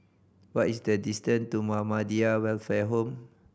what is the distant to Muhammadiyah Welfare Home